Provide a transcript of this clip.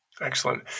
Excellent